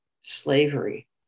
slavery